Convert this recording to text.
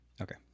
Okay